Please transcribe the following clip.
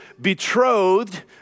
betrothed